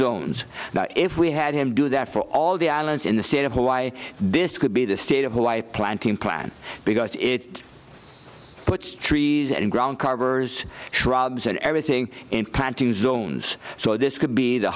zones if we had him do that for all the islands in the state of hawaii this could be the state of hawaii planting plan because it puts trees and ground covers shrubs and everything in planting zones so this could be the